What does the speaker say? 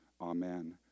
Amen